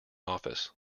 office